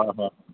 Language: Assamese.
হয় হয়